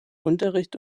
unterricht